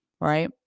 Right